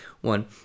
one